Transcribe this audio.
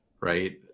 right